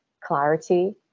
clarity